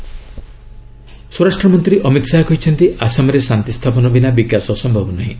ଅମିତ ଶାହା ଆସାମ ସ୍ୱରାଷ୍ଟ୍ର ମନ୍ତ୍ରୀ ଅମିତ ଶାହା କହିଛନ୍ତି ଆସାମରେ ଶାନ୍ତି ସ୍ଥାପନ ବିନା ବିକାଶ ସମ୍ଭବ ନୁହେଁ